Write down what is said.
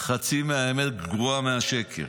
חצי מהאמת גרועה מהשקר.